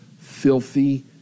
filthy